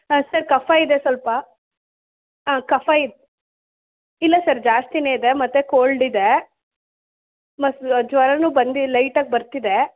ಹಾಂ ಸರ್ ಕಫ ಇದೆ ಸ್ವಲ್ಪ ಹಾಂ ಕಫ ಇದೆ ಇಲ್ಲ ಸರ್ ಜಾಸ್ತಿಯೇ ಇದೆ ಮತ್ತು ಕೋಲ್ಡ್ ಇದೆ ಮತ್ತು ಜ್ವರನೂ ಬಂದು ಲೈಟಾಗಿ ಬರ್ತಿದೆ